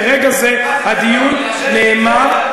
לרגע זה, הדיון, נאמר,